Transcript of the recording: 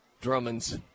Drummond's